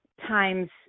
times